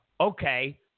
Okay